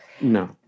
No